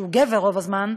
שהוא גבר רוב הזמן,